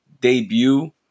debut